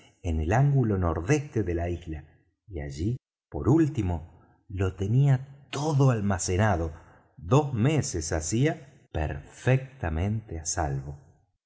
en el ángulo nordeste de la isla y allí por último lo tenía todo almacenado dos meses hacía perfectamente á salvo